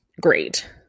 great